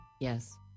Yes